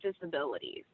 disabilities